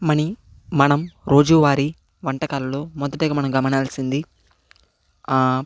money మనం రోజువారి వంటకాలలో మొదటగా మనం గమనించాల్సింది